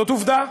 זאת עובדה.